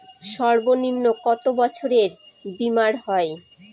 সর্বনিম্ন কত বছরের বীমার হয়?